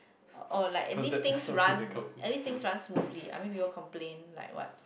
oh like at least things at least things run smoothly I mean we all complain like what